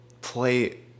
play